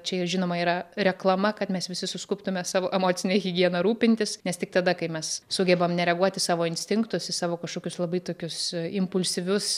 čia ir žinoma yra reklama kad mes visi suskubtume savo emocine higiena rūpintis nes tik tada kai mes sugebam nereaguot į savo instinktus į savo kažkokius labai tokius impulsyvius